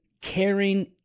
caring